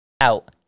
Out